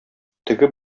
теге